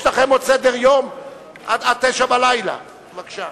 יש לכם עוד סדר-יום עד 21:00. בבקשה.